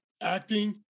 acting